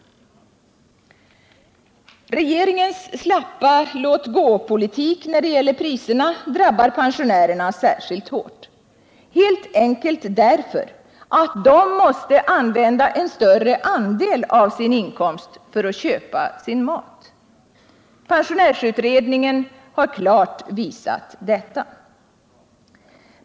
Regeringens slappa låt-gå-politik när det gäller priserna drabbar pensionärerna särskilt hårt, helt enkelt därför att de måste använda en större andel av sin inkomst för att köpa sin mat. Pensionärsutredningen har klart visat detta.